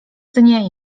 dnie